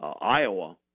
Iowa